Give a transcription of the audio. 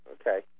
Okay